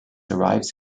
arrives